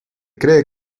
cree